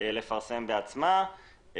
לפרסם בעצמה.